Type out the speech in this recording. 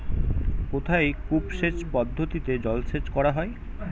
কোথায় কূপ সেচ পদ্ধতিতে জলসেচ করা হয়?